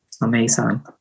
Amazing